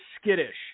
skittish